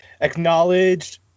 acknowledged